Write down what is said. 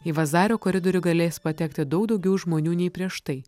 į vazario koridorių galės patekti daug daugiau žmonių nei prieš tai